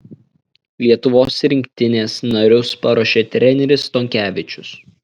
lietuvos rinktinės narius paruošė treneris stonkevičius